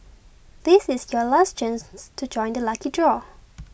this is your last chance to join the lucky draw